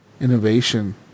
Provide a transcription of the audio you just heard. innovation